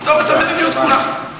לפתור את המדיניות כולה.